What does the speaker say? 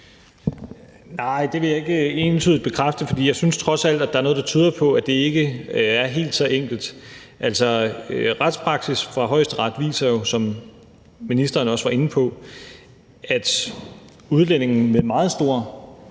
Nej, det vil jeg ikke entydigt bekræfte, for jeg synes trods alt, at der er noget, der tyder på, at det ikke er helt så enkelt. Altså, retspraksis for Højesteret viser jo, som ministeren også var inde på, at udlændinge med meget stor